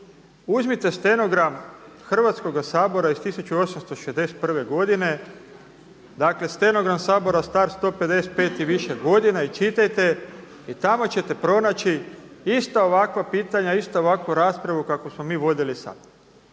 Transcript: uzmite stenogram Hrvatskoga sabora iz 1861. godine dakle stenogram Sabora star 155 i više godina i čitajte i tamo ćete pronaći ista ovakva pitanja, istu ovakvu raspravu kakvu smo mi vodili sada.